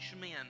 men